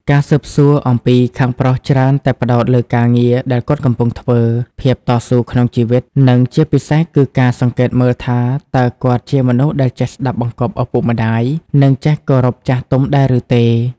ការស៊ើបសួរអំពីខាងប្រុសច្រើនតែផ្ដោតលើការងារដែលគាត់កំពុងធ្វើ ភាពតស៊ូក្នុងជីវិត និងជាពិសេសគឺការសង្កេតមើលថាតើគាត់ជាមនុស្សដែលចេះស្ដាប់បង្គាប់ឪពុកម្ដាយ និងចេះគោរពចាស់ទុំដែរឬទេ។